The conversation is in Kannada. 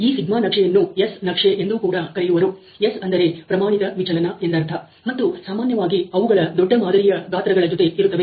ಈ ಸಿಗ್ಮ ನಕ್ಷೆ σ chartಯನ್ನು ಎಸ್ ನಕ್ಷೆ ಎಂದು ಕೂಡ ಕರೆಯುವರು S ಅಂದರೆ ಪ್ರಮಾಣಿತ ವಿಚಲನ ಎಂದರ್ಥ ಮತ್ತು ಸಾಮಾನ್ಯವಾಗಿ ಅವುಗಳ ದೊಡ್ಡ ಮಾದರಿಯ ಗಾತ್ರಗಳ ಜೊತೆ ಇರುತ್ತವೆ